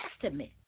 testament